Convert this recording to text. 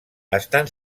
estan